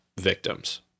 victims